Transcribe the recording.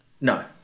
no